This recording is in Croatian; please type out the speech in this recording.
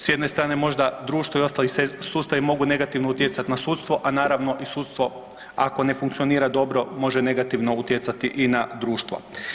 Sa jedne strane možda društvo i ostali sustavi mogu negativno utjecati na sudstvo, a naravno i sudstvo ako ne funkcionira dobro može utjecati i na društvo.